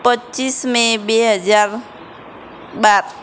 પચીસ મે બે હજાર બાર